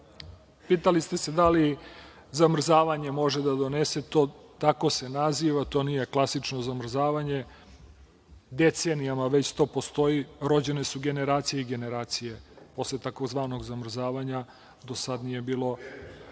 ste se da li zamrzavanje može da donese, tako se naziva to nije klasično zamrzavanje, decenijama već to postoji, rođene su generacije i generacije, posle tzv. zamrzavanja do sada nije bilo